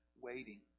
waiting